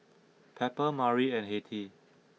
Pepper Mari and Hettie